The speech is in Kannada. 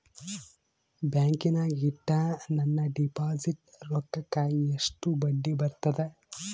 ಬ್ಯಾಂಕಿನಾಗ ಇಟ್ಟ ನನ್ನ ಡಿಪಾಸಿಟ್ ರೊಕ್ಕಕ್ಕ ಎಷ್ಟು ಬಡ್ಡಿ ಬರ್ತದ?